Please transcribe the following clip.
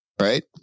right